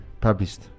published